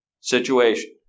situation